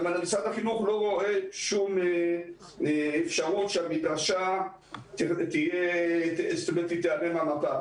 גם משרד החינוך לא רואה שום אפשרות שהמדרשה תיעלם מהמפה,